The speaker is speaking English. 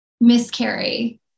miscarry